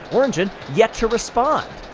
orn yet yet to respond.